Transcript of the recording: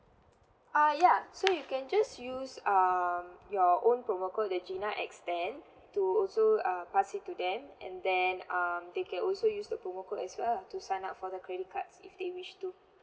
uh ya so you can just use um your own promo code the gina extend to also uh pass it to them and then um they can also use the promo code as well lah to sign up for the credit cards if they wish